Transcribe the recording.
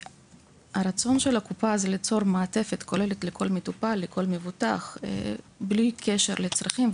הרצון של הקופה הוא ליצור מעטפת כוללת לכל מטופל ומבוטח בלי קשר לצרכים,